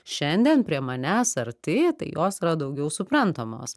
šiandien prie manęs arti tai jos yra daugiau suprantamos